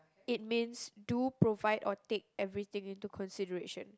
it means do provide or take everything into consideration